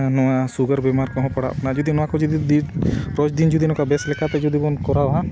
ᱱᱚᱣᱟ ᱥᱩᱜᱟᱨ ᱵᱮᱢᱟᱨ ᱠᱚᱦᱚᱸ ᱯᱟᱲᱟᱜ ᱠᱟᱱᱟ ᱡᱩᱫᱤ ᱱᱚᱣᱟ ᱠᱚ ᱡᱩᱫᱤ ᱨᱳᱡᱽ ᱫᱤᱱ ᱡᱩᱫᱤ ᱱᱚᱝᱠᱟ ᱵᱮᱥ ᱞᱮᱠᱟᱛᱮ ᱡᱩᱫᱤ ᱵᱚᱱ ᱠᱚᱨᱟᱣᱟ